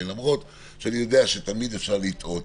למרות שאני יודע שתמיד אפשר לטעות,